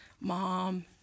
Mom